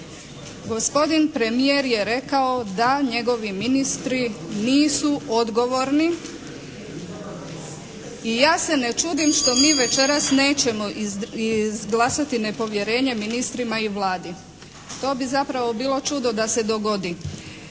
Gospodin premijer je rekao da njegovi ministri nisu odgovorni. I ja se ne čudim što mi večeras nećemo izglasati nepovjerenje ministrima i Vladi. To bi zapravo bilo čudo da se dogodi.